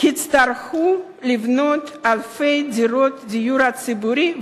יצטרכו לבנות אלפי יחידות דיור ציבורי,